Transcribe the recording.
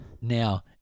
Now